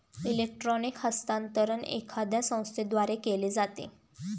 electronic हस्तांतरण एखाद्या संस्थेद्वारे केले जाते